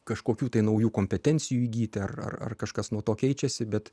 kažkokių tai naujų kompetencijų įgyti ar ar ar kažkas nuo to keičiasi bet